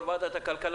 יושב-ראש ועדת הכלכלה,